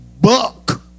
buck